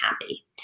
happy